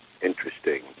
interesting